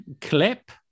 clip